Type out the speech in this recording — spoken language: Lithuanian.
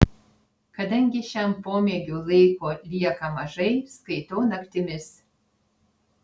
kadangi šiam pomėgiui laiko lieka mažai skaitau naktimis